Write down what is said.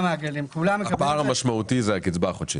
נכון, הפער המשמעותי זה הקצבה החודשית.